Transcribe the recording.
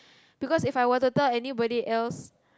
because If I were to tell anybody else